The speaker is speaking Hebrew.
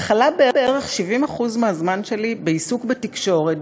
מכלה בערך 70% מהזמן שלי בעיסוק בתקשורת,